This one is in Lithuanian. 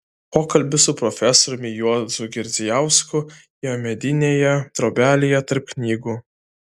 pokalbis su profesoriumi juozu girdzijausku jo medinėje trobelėje tarp knygų